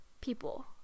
people